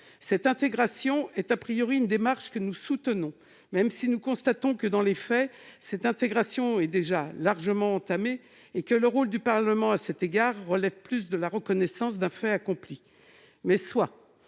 Cette intégration est une démarche que nous soutenons, même si nous constatons que, dans les faits, ce rapprochement est déjà largement engagé et que le rôle du Parlement à cet égard relève davantage de la reconnaissance d'un fait accompli que